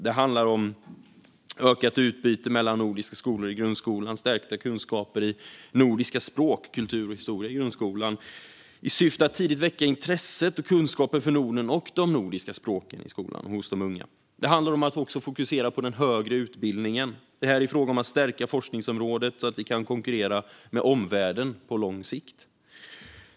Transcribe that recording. Det handlar om ökat utbyte mellan nordiska skolor i grundskolan och stärkta kunskaper i nordiska språk och nordisk kultur och historia i grundskolan, i syfte att tidigt väcka intresset för och kunskapen om Norden och de nordiska språken hos de unga. Det handlar också om att fokusera på den högre utbildningen. Vi vill stärka forskningsområdet, så att vi kan konkurrera med omvärlden på lång sikt.